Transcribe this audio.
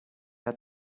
hat